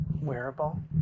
wearable